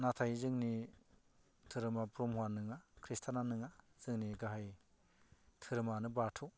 नाथाय जोंनि धोरोमा ब्रह्मआ नङा ख्रिस्टाना नङा जोंनि गाहाइ धोरोमानो बाथौ